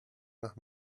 nach